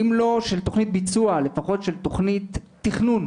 אם לא של תכנית ביצוע, לפחות של תכנית תכנון.